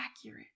accurate